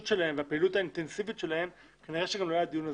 שלהם והפעילות האינטנסיבית שלהם כנראה שלא היה הדיון הזה.